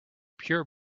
pure